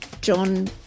John